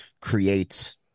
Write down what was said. create